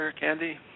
Candy